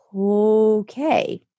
okay